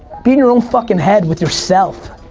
be in your own fuckin' head with yourself.